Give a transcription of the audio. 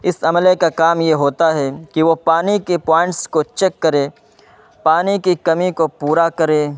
اس عملے کا کام یہ ہوتا ہے کہ وہ پانی کی پوائنٹس کو چیک کرے پانی کی کمی کو پورا کرے